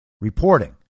reporting